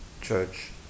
Church